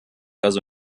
also